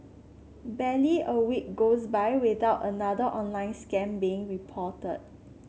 barely a week goes by without another online scam being reported